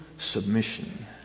submission